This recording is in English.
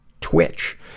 twitch